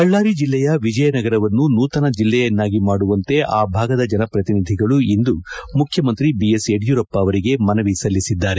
ಬಳ್ಳಾರಿ ಜಿಲ್ಲೆಯ ವಿಜಯನಗರವನ್ನು ನೂತನ ಜಿಲ್ಲೆಯನ್ನಾಗಿ ಮಾಡುವಂತೆ ಆ ಭಾಗದ ಜನಪತ್ರಿನಿಧಿಗಳು ಇಂದು ಮುಖ್ಯಮಂತ್ರಿ ಬಿಎಸ್ ಯಡಿಯೂರಪ್ಪ ಅವರಿಗೆ ಮನವಿ ಸಲ್ಲಿಸಿದ್ದಾರೆ